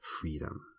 freedom